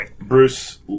Bruce